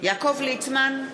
יעקב ליצמן,